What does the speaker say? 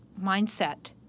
mindset